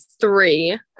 three